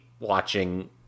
Watching